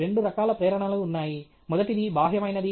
రెండు రకాల ప్రేరణలు ఉన్నాయి మొదటిది బాహ్యమైనది